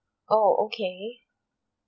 oh okay